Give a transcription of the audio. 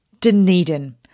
Dunedin